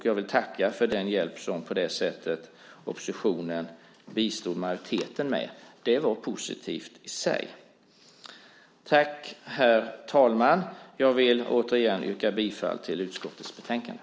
Jag vill tacka för den hjälp som oppositionen på det sättet bistod majoriteten med. Det var positivt i sig. Herr talman! Jag vill återigen yrka bifall till utskottets förslag i betänkandet.